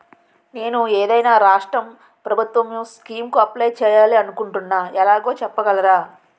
నేను ఏదైనా రాష్ట్రం ప్రభుత్వం స్కీం కు అప్లై చేయాలి అనుకుంటున్నా ఎలాగో చెప్పగలరా?